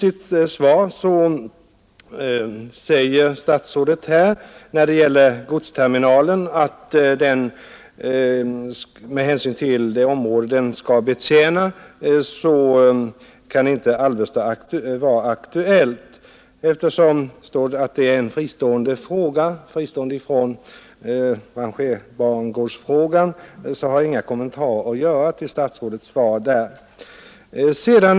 I svaret säger statsrådet att Alvesta inte kan vara aktuellt när det gäller godsterminal med hänsyn till det område den skall betjäna. Eftersom den frågan är fristående från frågan om rangerbangård har jag ingen kommentar att göra till statsrådets svar på den punkten.